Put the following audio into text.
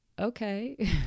okay